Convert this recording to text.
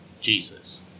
jesus